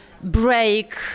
break